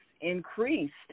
increased